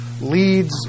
leads